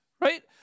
right